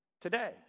today